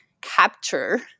capture